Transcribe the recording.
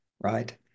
right